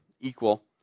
equal